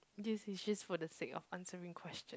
this is just for the sake of answering question